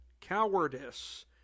cowardice